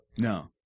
No